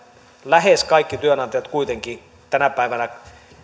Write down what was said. lähes kaikki työnantajat kuitenkin tänä päivänä